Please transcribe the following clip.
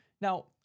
Now